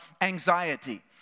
anxiety